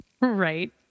right